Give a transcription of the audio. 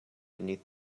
beneath